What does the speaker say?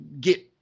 get